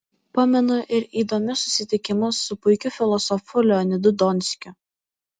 pamenu ir įdomius susitikimus su puikiu filosofu leonidu donskiu